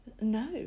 No